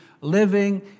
living